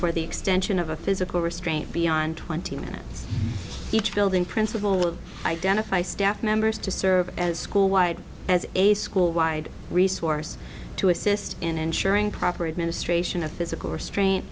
for the extension of a physical restraint beyond twenty minutes each building principal identify staff members to serve as school wide as a school wide resource to assist in ensuring proper administration of physical restraint